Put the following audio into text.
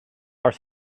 are